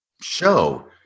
show